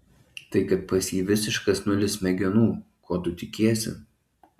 tai kad pas jį visiškas nulis smegenų ko tu tikiesi